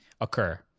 occur